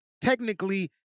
technically